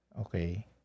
okay